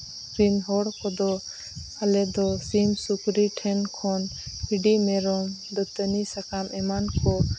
ᱨᱮᱱ ᱦᱚᱲ ᱠᱚᱫᱚ ᱟᱞᱮ ᱫᱚ ᱥᱤᱢ ᱥᱩᱠᱨᱤ ᱴᱷᱮᱱ ᱠᱷᱚᱱ ᱵᱷᱤᱰᱤ ᱢᱮᱨᱚᱢ ᱫᱟᱹᱛᱟᱹᱱᱤ ᱥᱟᱠᱟᱢ ᱮᱢᱟᱱ ᱠᱚ